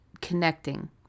connecting